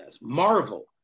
marvel